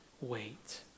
wait